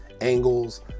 angles